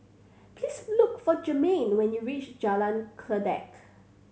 please look for Germaine when you reach Jalan Kledek